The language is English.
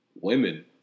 women